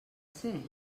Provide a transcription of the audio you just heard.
ser